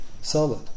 solid